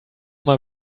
mal